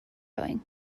going